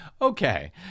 Okay